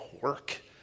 work